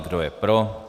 Kdo je pro?